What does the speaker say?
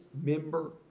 member